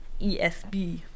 ESB